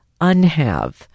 unhave